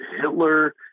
Hitler